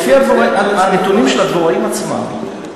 לפי הנתונים של הדבוראים עצמם,